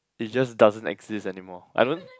it just doesn't exist anymore I don't